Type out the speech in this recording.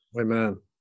amen